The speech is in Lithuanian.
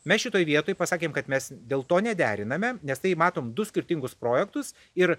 mes šitoj vietoj pasakėm kad mes dėl to nederiname nes tai matom du skirtingus projektus ir